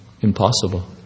Impossible